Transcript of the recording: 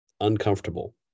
uncomfortable